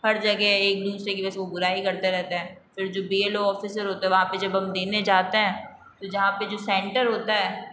हर जगह एक दूसरे की बस वो बुराई करते रहते हैं फिर जो बीएलओ ऑफ़िसर होता है वहाँ पे जब हम देने जाते हैं तो जहाँ पे जो सेंटर होता है